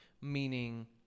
meaning